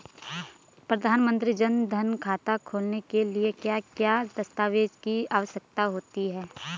प्रधानमंत्री जन धन खाता खोलने के लिए क्या क्या दस्तावेज़ की आवश्यकता होती है?